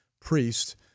priest